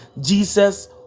Jesus